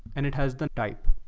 and it has the type.